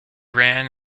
ran